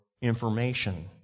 information